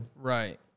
Right